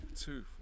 Two